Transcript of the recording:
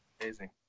amazing